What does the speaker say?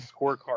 scorecard